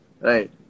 right